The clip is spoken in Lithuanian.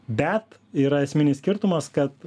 bet yra esminis skirtumas kad